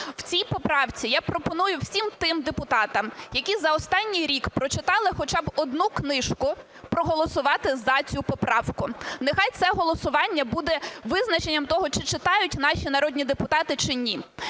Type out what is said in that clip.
У цій поправці я пропоную всім тим депутатам, які за останній рік прочитали хоча б одну книжку, проголосувати за цю поправку. Нехай це голосування буде визначенням того, чи читають наші народні депутати чи ні.